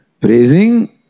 praising